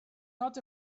not